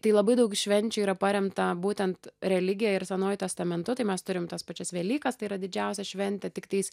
tai labai daug švenčių yra paremta būtent religija ir senuoju testamentu tai mes turim tas pačias velykas tai yra didžiausia šventė tiktais